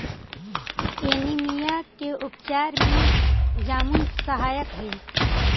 anaemia के उपचार में जामुन सहायक हई